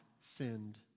sinned